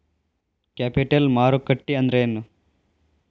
Capital ಮಾರುಕಟ್ಟಿ ಅಂದ್ರೇನ?